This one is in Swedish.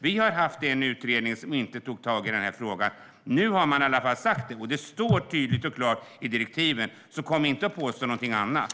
Vi har haft en utredning som inte tog tag i frågan, men nu står det tydligt och klart i direktiven. Kom inte och påstå någonting annat!